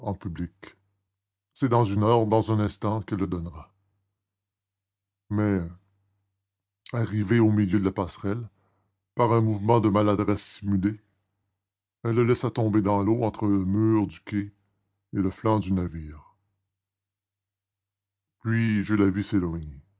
public c'est dans une heure dans un instant qu'elle le donnera mais arrivée au milieu de la passerelle par un mouvement de maladresse simulée elle le laissa tomber dans l'eau entre le mur du quai et le flanc du navire puis je la vis s'éloigner